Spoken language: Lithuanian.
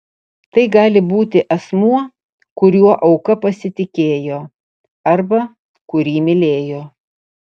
tai gali būti asmuo kuriuo auka pasitikėjo arba kurį mylėjo